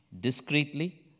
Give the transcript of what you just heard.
discreetly